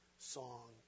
Song